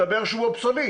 הסתבר שהוא אובסוליט.